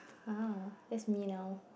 !huh! that's me now